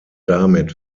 damit